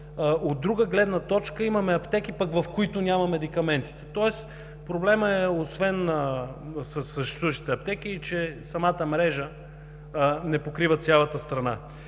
От друга гледна точка имаме аптеки, в които няма медикаментите. Тоест проблемът освен със съществуващите аптеки е, че и самата мрежа не покрива цялата страна.